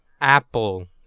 Apple